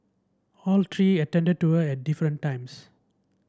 all three attended to her at different times